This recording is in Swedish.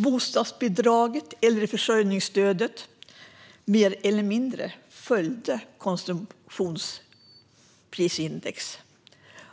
Bostadsbidraget och äldreförsörjningsbidraget har mer eller mindre följt konsumentprisindex.